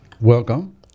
Welcome